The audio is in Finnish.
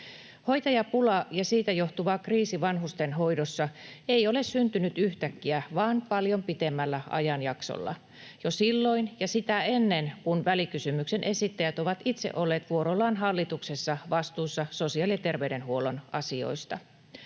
Hoitajapula ja siitä johtuva kriisi vanhustenhoidossa ei ole syntynyt yhtäkkiä vaan paljon pitemmällä ajanjaksolla, jo silloin — ja sitä ennen — kuin välikysymyksen esittäjät ovat itse olleet vuorollaan hallituksessa vastuussa sosiaali- ja terveydenhuollon asioista.